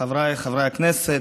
חבריי חברי הכנסת,